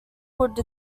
would